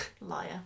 Liar